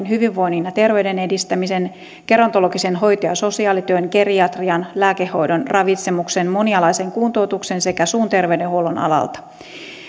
hyvinvoinnin ja terveyden edistämisen gerontologisen hoito ja sosiaalityön geriatrian lääkehoidon ravitsemuksen monialaisen kuntoutuksen sekä suun terveydenhuollon alalta